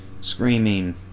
screaming